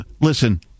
listen